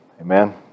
Amen